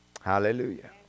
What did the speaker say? Hallelujah